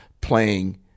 playing